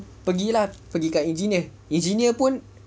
pergilah pergi kat engineer engineer pun